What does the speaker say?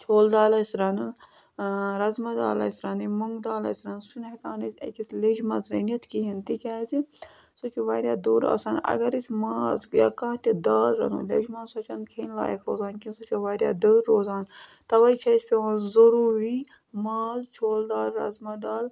چھولہٕ دال آسہِ رَنُن رَزما دال آسہِ رَنٕنۍ مۄنٛگہٕ دال آسہِ رَنٕنۍ سُہ چھِنہٕ ہٮ۪کان أسۍ أکِس لیٚجہِ منٛز رٔنِتھ کِہیٖنۍ تِکیٛازِ سُہ چھُ واریاہ دوٚر آسان اگر أسۍ ماز یا کانٛہہ تہِ دال رَنو لیٚجہِ منٛز سۄ چھَنہٕ کھیٚنۍ لایق روزان کیٚنٛہہ سۄ چھےٚ واریاہ دٔر روزان تَوَے چھِ اَسہِ پٮ۪وان ضٔروٗری ماز چھولہٕ دال رَزما دال